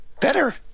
Better